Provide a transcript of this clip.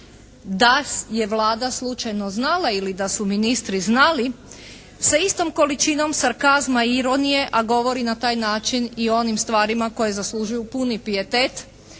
da je Vlada slučajno znala ili da su ministri znali sa istom količinom sarkazma i ironije, a govori na taj način i o onim stvarima koje zaslužuju puni pijetet,